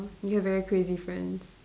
you have very crazy friends